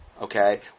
okay